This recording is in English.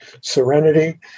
serenity